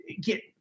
get